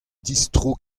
distro